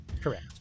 Correct